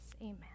Amen